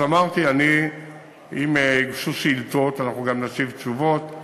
אז אמרתי: אם יוגשו שאילתות אנחנו גם נשיב תשובות על